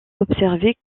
observer